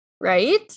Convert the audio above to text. right